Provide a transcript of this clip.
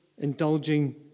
indulging